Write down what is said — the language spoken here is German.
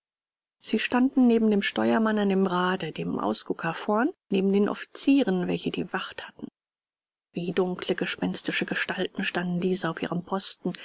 sie standen neben dem steuermann an dem rade dem ausgucker vorn neben den offizieren welche die wacht hatten wie dunkle gespenstische gestalten standen diese auf ihrem posten